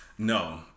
No